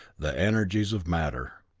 the energies of matter.